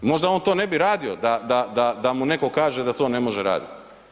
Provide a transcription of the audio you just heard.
Možda on to ne bi radio da mu netko kaže da to ne može radit.